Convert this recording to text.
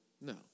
No